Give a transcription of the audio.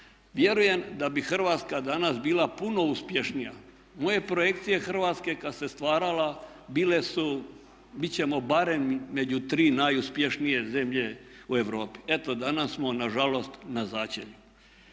vjerujem da bi Hrvatska danas bila puno uspješnija. Moje projekcije Hrvatske kad se stvarala bile su, bit ćemo barem među 3 uspješnije zemlje u Europi. Eto danas smo na žalost na začelju.